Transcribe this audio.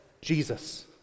Jesus